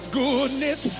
goodness